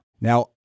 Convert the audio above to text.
Now